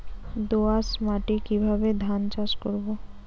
দোয়াস মাটি কিভাবে ধান চাষ করব?